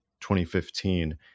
2015